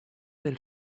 del